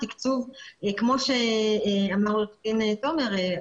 כמו שאמר עורך דין תומר,